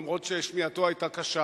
למרות ששמיעתו היתה קשה.